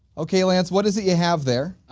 okay lance what is it you have there?